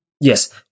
Yes